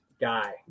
guy